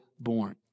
born